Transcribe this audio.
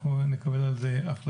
אנחנו נקבל על זה החלטה,